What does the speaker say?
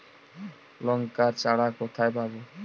লঙ্কার চারা কোথায় পাবো?